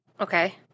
Okay